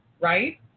right